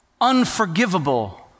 unforgivable